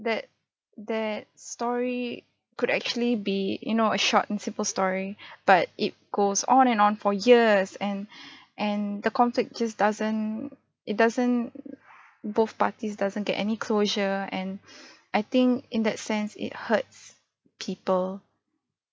that that story could actually be you know a short and simple story but it goes on and on for years and and the conflict just doesn't it doesn't both parties doesn't get any closure and I think in that sense it hurts people